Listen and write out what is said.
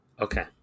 Okay